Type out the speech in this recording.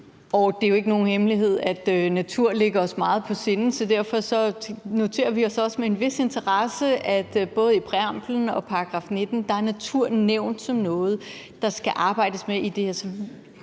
Og det er jo ikke nogen hemmelighed, at naturen ligger os meget på sinde, så derfor noterer vi os også med en vis interesse, at både i præamblen og i § 19 er naturen nævnt som noget, der skal arbejdes med. Vi er